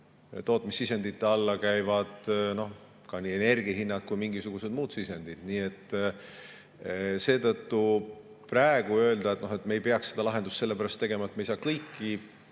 Tootmissisendite alla käivad nii energiahinnad kui ka mingisugused muud sisendid. Seetõttu praegu öelda, et me ei peaks seda sellepärast nii lahendama, et me ei saa kõiki